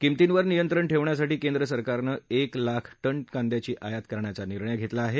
किंमतीवर नियंत्रण ठेवण्यासाठी केंद्र सरकारने एक लाख टन कांद्याची आयात करण्याचा निर्णय घेतला आहे